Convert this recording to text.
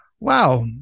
Wow